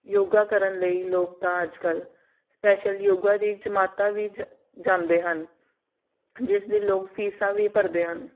ਯੋਗਾ ਕਰਨ ਲਈ ਲੋਕ ਤਾਂ ਅੱਜ ਕੱਲ੍ਹ ਸਪੈਸ਼ਲ ਯੋਗਾ ਦੀ ਜਮਾਤਾਂ ਵੀ ਜ ਜਾਂਦੇ ਹਨ ਜਿਸ ਦੇ ਲੋਕ ਫੀਸਾਂ ਵੀ ਭਰਦੇ ਹਨ